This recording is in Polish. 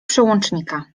przełącznika